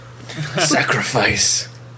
Sacrifice